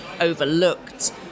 overlooked